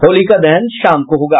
होलिका दहन शाम को होगा